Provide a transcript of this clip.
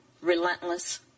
relentless